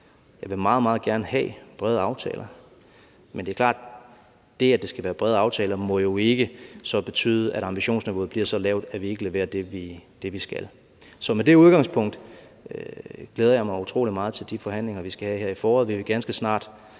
meget, meget gerne have brede aftaler. Men det er klart, at det, at det skal være brede aftaler, må jo så ikke betyde, at ambitionsniveauet bliver så lavt, at vi ikke leverer det, vi skal. Så med det udgangspunkt glæder jeg mig utrolig meget til de forhandlinger, vi skal have her i foråret.